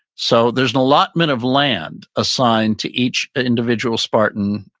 so there's an allotment of land assigned to each ah individual spartan,